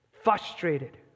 frustrated